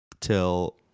till